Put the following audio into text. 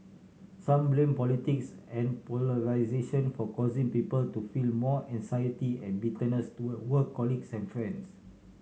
some blame politics and polarisation for causing people to feel more anxiety and bitterness toward colleagues and